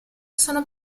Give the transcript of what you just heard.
sono